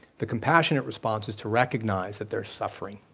the compassionate response is to recognize that they're suffering,